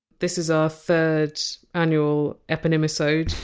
this is our third annual eponymisode.